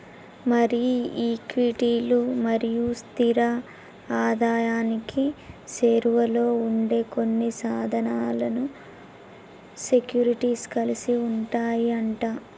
మరి ఈక్విటీలు మరియు స్థిర ఆదాయానికి సేరువలో ఉండే కొన్ని సాధనాలను సెక్యూరిటీస్ కలిగి ఉంటాయి అంట